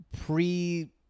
pre